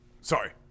Sorry